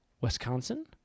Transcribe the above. Wisconsin